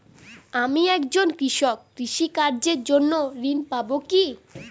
আমি একজন কৃষক কৃষি কার্যের জন্য ঋণ পাব কি?